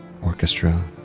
orchestra